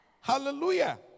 Hallelujah